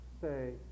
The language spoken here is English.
say